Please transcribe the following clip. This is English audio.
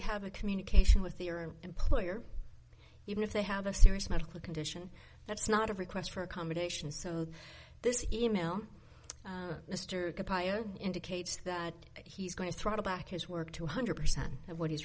have a communication with your employer even if they have a serious medical condition that's not a request for accommodations so this e mail mr compiler indicates that he's going to try to back his work to one hundred percent of what he's